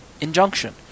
injunction